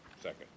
second